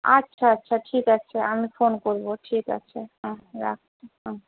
আচ্ছা আচ্ছা ঠিক আছে আমি ফোন করব ঠিক আছে হ্যাঁ রাখছি হুম